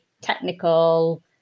technical